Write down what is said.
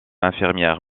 infirmière